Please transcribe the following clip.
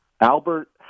Albert